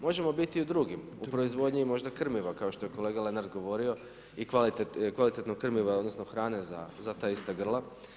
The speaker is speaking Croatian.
Možemo biti i u drugim, u proizvodnji možda krmiva kao što je kolega Lenart govorio i kvalitetnog krmiva, odnosno hrane za ta ista grla.